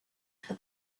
for